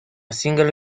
single